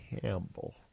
Campbell